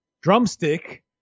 drumstick